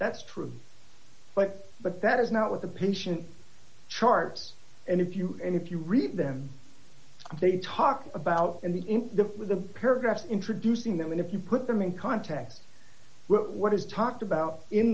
that's true but but that is not what the patient charts and if you and if you read them they talk about in the in the with the paragraphs introducing them and if you put them in context what is talked about in